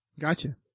Gotcha